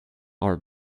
our